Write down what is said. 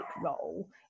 role